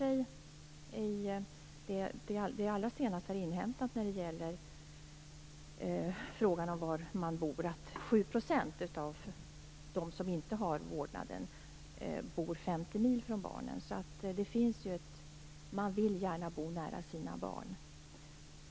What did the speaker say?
Av det allra senaste jag har inhämtat när det gäller frågan om var man bor visar det sig att 7 % av dem som inte har vårdnaden bor 50 mil från barnen, så man vill gärna bo nära sina barn.